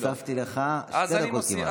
הוספתי לך כמעט שתי דקות.